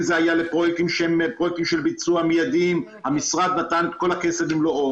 אם זה היה לפרויקטים לביצוע מיידי המשרד נתן את כל הכסף במלואו.